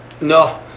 No